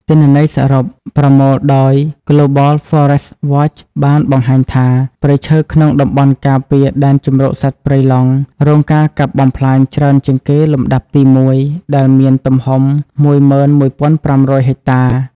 ទិន្នន័យសរុបប្រមូលដោយ Global Forest Watch បានបង្ហាញថា ព្រៃឈើក្នុងតំបន់ការពារដែនជម្រកសត្វព្រៃឡង់រងការកាប់បំផ្លាញច្រើនជាងគេលំដាប់ទី១ ដែលមានទំហំ១១៥០០ហិកតា។